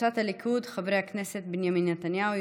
קבוצת סיעת הליכוד: חברי הכנסת בנימין נתניהו,